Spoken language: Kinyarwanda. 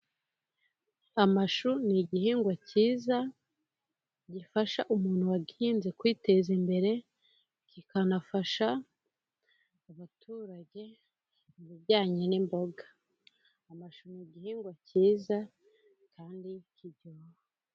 Amashu ni igihingwa cyiza, gifasha umuntu wagihinze kwiteza imbere, kikanafasha abaturage mu bijyanye n'imboga n'igihingwa cyiza kandi kiryoha.